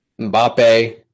Mbappe